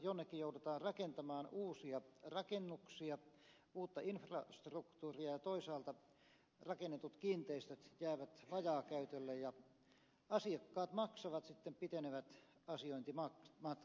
jonnekin joudutaan rakentamaan uusia rakennuksia uutta infrastruktuuria ja toisaalta rakennetut kiinteistöt jäävät vajaakäytölle ja asiakkaat maksavat sitten pitenevät asiointimatkat